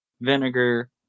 vinegar